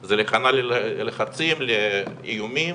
זה להיכנע ללחצים, לאיומים